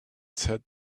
said